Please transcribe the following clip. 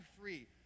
free